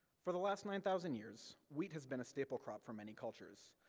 for the last nine thousand years, wheat has been a staple crop for many cultures,